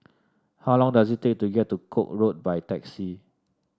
how long does it take to get to Koek Road by taxi